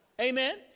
Amen